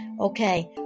Okay